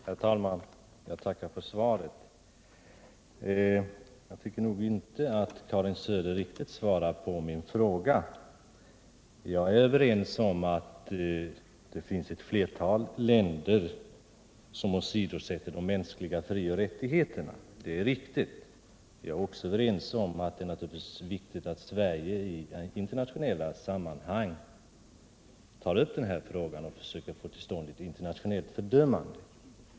Herr talman! Jag tackar för svaret. Jag tycker nog inte att Karin Söder riktigt svarar på min fråga. Jag är överens med henne om att det finns ett flertal länder som åsidosätter de mänskliga fri och rättigheterna. Det är riktigt. Jag är också överens med henne om att det är viktigt att Sverige i internationella sammanhang tar upp den här frågan och försöker få till stånd ett internationellt fördömande.